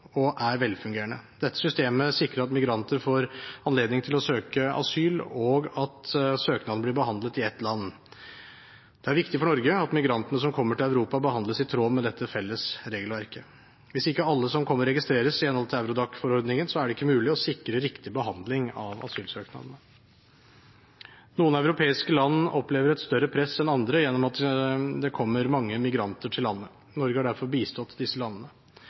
og er velfungerende. Dette systemet sikrer at migranter får anledning til å søke asyl, og at søknaden blir behandlet i ett land. Det er viktig for Norge at migrantene som kommer til Europa, behandles i tråd med dette felles regelverket. Hvis ikke alle som kommer, registreres i henhold til Eurodac-forordningen, er det ikke mulig å sikre riktig behandling av asylsøknadene. Noen europeiske land opplever et større press enn andre gjennom at det kommer mange migranter til landene. Norge har derfor bistått disse landene.